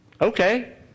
Okay